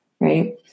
Right